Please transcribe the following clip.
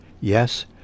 Yes